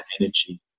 energy